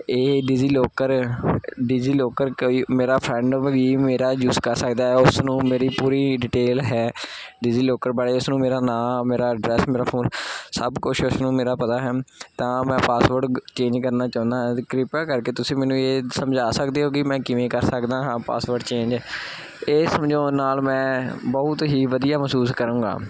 ਇਹ DigiLocker DigiLocker ਕੋਈ ਮੇਰਾ ਫਰੈਂਡ ਵੀ ਮੇਰਾ ਜੂਸ ਕਰ ਸਕਦਾ ਉਸ ਨੂੰ ਮੇਰੀ ਪੂਰੀ ਡਿਟੇਲ ਹੈ ਡੀਜ਼ੀ ਲੋਕਰ ਬਾਰੇ ਉਸਨੂੰ ਮੇਰਾ ਨਾਂ ਮੇਰਾ ਐਡਰੈਸ ਮੇਰਾ ਫੋਨ ਸਭ ਕੁਛ ਉਸਨੂੰ ਮੇਰਾ ਪਤਾ ਹੈ ਤਾਂ ਮੈਂ ਪਾਸਵਰਡ ਚੇਂਜ ਕਰਨਾ ਚਾਹੁੰਦਾ ਕ੍ਰਿਪਾ ਕਰਕੇ ਤੁਸੀਂ ਮੈਨੂੰ ਇਹ ਸਮਝਾ ਸਕਦੇ ਹੋ ਕਿ ਮੈਂ ਕਿਵੇਂ ਕਰ ਸਕਦਾ ਹਾਂ ਪਾਸਵਰਡ ਚੇਂਜ ਇਹ ਸਮਝਾਉਣ ਨਾਲ ਮੈਂ ਬਹੁਤ ਹੀ ਵਧੀਆ ਮਹਿਸੂਸ ਕਰਾਂਗਾ